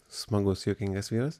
smagus juokingas vyras